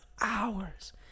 hours